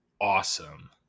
awesome